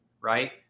right